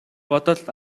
бодол